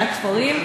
מהכפרים,